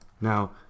Now